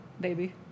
Baby